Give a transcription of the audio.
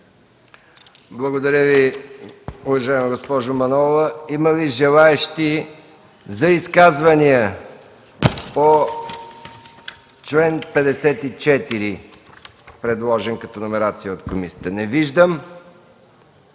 Благодаря Ви, уважаема госпожо Манолова. Има ли желаещи за изказвания по чл. 54, предложен като номерация от комисията? Не виждам.